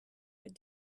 with